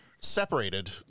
separated